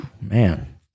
man